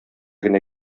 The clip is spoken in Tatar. генә